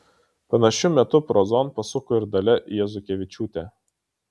panašiu metu prozon pasuko ir dalia jazukevičiūtė